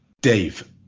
Dave